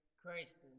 Christ